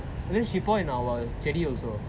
and then she pour in our chedi also